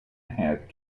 had